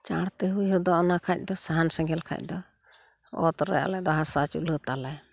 ᱪᱟᱬᱛᱮ ᱦᱩᱭ ᱦᱚᱫᱚᱜᱼᱟ ᱚᱱᱟ ᱠᱷᱟᱡ ᱫᱚ ᱥᱟᱦᱟᱱ ᱥᱮᱸᱜᱮᱞ ᱠᱷᱚᱡ ᱫᱚ ᱚᱛᱨᱮ ᱟᱞᱮ ᱫᱚ ᱦᱟᱸᱥᱟ ᱪᱩᱞᱦᱟᱹ ᱛᱟᱞᱮ